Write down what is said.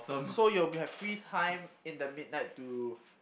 so you will be have free time in the midnight to